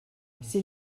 c’est